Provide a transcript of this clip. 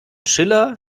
schiller